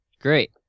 Great